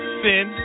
sin